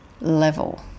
level